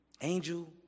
Angel